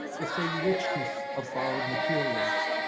the same richness of borrowed materials,